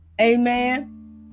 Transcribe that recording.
Amen